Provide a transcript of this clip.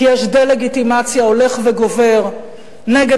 כי יש דה-לגיטימציה הולכת וגוברת נגד